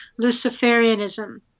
luciferianism